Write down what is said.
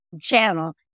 channel